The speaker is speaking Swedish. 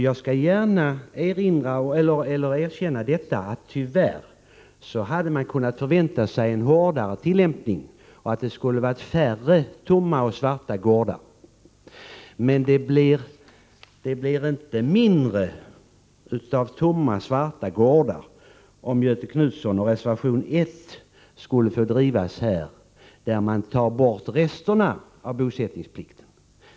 Jag skall gärna erkänna att man hade kunnat förvänta sig en hårdare tillämpning, så att det skulle ha varit färre tomma och svarta gårdar än vad som tyvärr är fallet. Men det blir inte mindre av tomma och svarta gårdar om reservation 1 skulle drivas igenom, så att man tar bort resterna av bosättningsplikten.